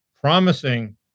promising